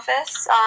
office